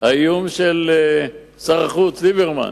האיום של שר החוץ ליברמן